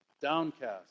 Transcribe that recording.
Downcast